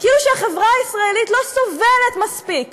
כאילו שהחברה הישראלית לא סובלת מספיק